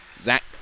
Zach